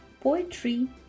poetry